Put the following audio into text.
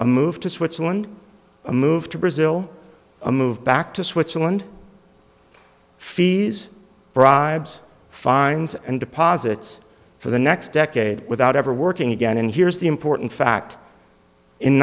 a move to switzerland a move to brazil a move back to switzerland fees bribes fines and deposits for the next decade without ever working again and here's the important fact in